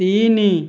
ତିନି